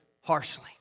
harshly